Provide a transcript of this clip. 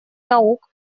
наук